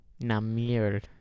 Namir